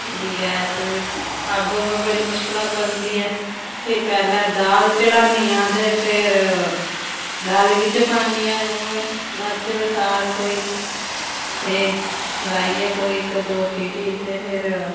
gas बी अग्ग बड़ी मुश्कलां बलदी ऐ फ्ही पैह्लें दाल चढ़ान्नी आं ते फिर दाली बिच्च पान्नी आं लून मर्च बसार कोई एह् मराइयै कोई इक दो सीटी ते फिर